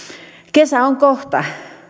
kesä on kohta